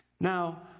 Now